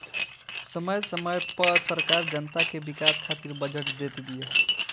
समय समय पअ सरकार जनता के विकास खातिर बजट देत बिया